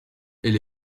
elle